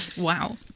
Wow